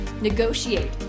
negotiate